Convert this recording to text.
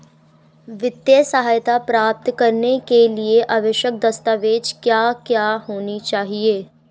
वित्तीय सहायता प्राप्त करने के लिए आवश्यक दस्तावेज क्या क्या होनी चाहिए?